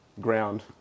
Ground